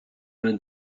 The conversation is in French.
vingt